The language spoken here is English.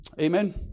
Amen